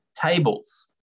tables